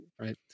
right